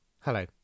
Hello